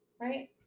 right